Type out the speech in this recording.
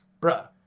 bruh